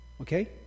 okay